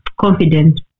confident